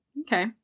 Okay